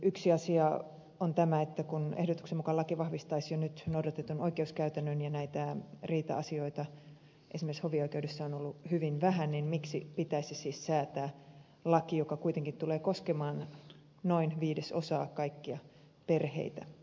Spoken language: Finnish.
yksi asia on tämä että kun ehdotuksen mukaan laki vahvistaisi jo nyt noudatettavan oikeuskäytännön ja näitä riita asioita esimerkiksi hovioikeudessa on ollut hyvin vähän niin miksi siis pitäisi säätää laki joka kuitenkin tulee koskemaan noin viidesosaa kaikista perheistä